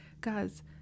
guys